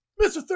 Mr